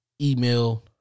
email